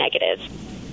negative